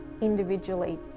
individually